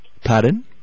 Pardon